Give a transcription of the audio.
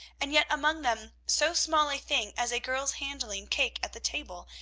and yet among them so small a thing as a girl's handling cake at the table,